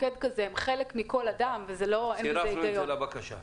מצרף את בקשתך להמלצות הוועדה.